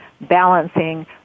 balancing